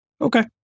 Okay